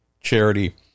Charity